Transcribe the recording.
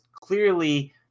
clearly